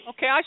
Okay